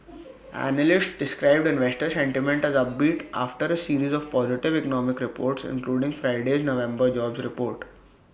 analysts described investor sentiment as upbeat after A series of positive economic reports including Friday's November jobs report